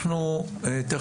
תנאי הרחקה.